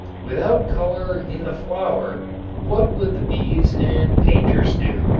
without color in the flower what would the bees and painters do?